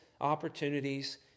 opportunities